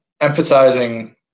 emphasizing